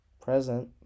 present